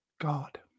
God